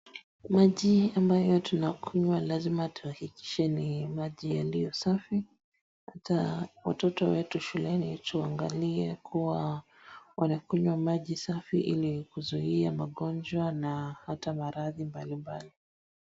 Maji ambayo tunakunywa lazima tuhakikishe ni maji yaliyo safi. Hata watoto wetu shuleni tuangalie kuwa wanakunywa maji safi ili kuzuia magonjwa na hata maradhi mbalimbali.